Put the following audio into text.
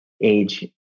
age